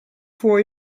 for